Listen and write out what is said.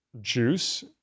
juice –